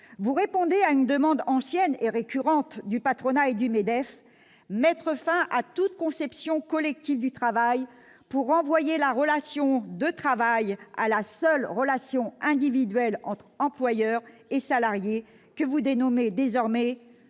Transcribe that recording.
vous répondez à une demande ancienne et récurrente du patronat et du MEDEF, laquelle consiste à mettre fin à toute conception collective du travail pour renvoyer la relation de travail à la seule relation individuelle entre employeurs et salariés, que vous dénommez désormais